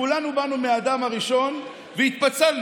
כולנו באנו מהאדם הראשון והתפצלנו.